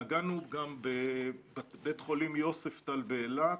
נגענו גם בבית חולים יוספטל באילת,